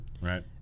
right